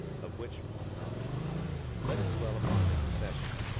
of which more anon. let us dwell upon the confession.